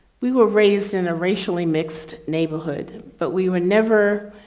we were raised in a racially mixed neighborhood, but we were never,